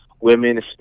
women